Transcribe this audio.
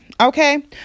Okay